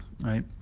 Right